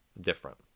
different